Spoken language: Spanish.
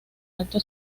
alto